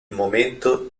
momento